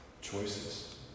choices